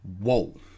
whoa